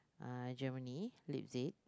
uh Germany Leipzig